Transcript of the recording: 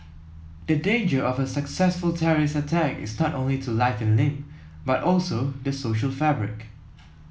the danger of a successful terrorist attack is not only to life and limb but also the social fabric